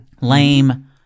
Lame